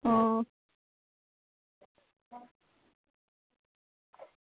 हां